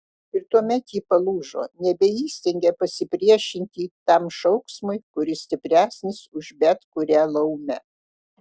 ir tuomet ji palūžo nebeįstengė pasipriešinti tam šauksmui kuris stipresnis už bet kurią laumę